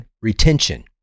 retention